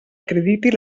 acredite